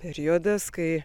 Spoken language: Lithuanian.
periodas kai